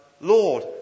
Lord